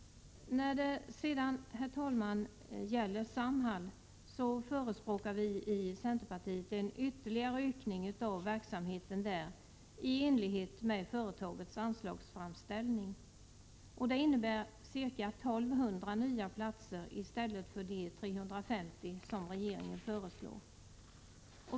När det sedan, herr talman, gäller Samhall förespråkar vi i centerpartiet en ytterligare ökning av verksamheten där i enlighet med företagets anslagsframställning. Det innebär ca 1 200 nya platser i stället för de 350 som regeringen föreslår.